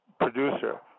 producer